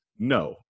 No